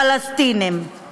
פלסטינים.